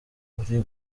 uri